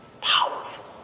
Powerful